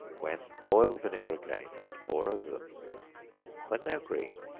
when boil the vinegar again, and pour over them when they are green,